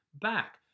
back